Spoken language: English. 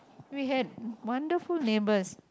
we had wonderful neighbors